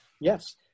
Yes